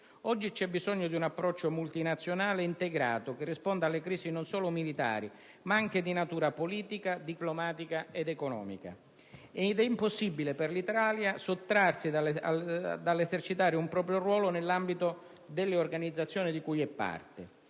Oggi c'è bisogno di un approccio multinazionale integrato, che risponda alle crisi non solo militari, ma anche di natura politica, diplomatica ed economica, ed è impossibile per l'Italia sottrarsi dall'esercitare un proprio ruolo nell'ambito delle organizzazioni di cui è parte.